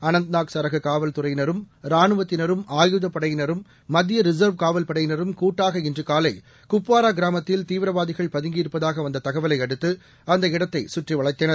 அனந்தநாக் சரக காவல்துறையினரும் ரானுவத்தினரும் ஆயுதப்படையினரும் மத்திய ரிசர்வ் காவல்படையினரும் கூட்டாக இன்று காலை புரீகுப்வாரா கிராமத்தில் தீவிரவாதிகள் பதுங்கியிருப்பதாக வந்த தகவலை அடுத்து அந்த இடத்தை சுற்றி வளைத்தனர்